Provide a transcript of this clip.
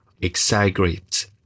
exaggerate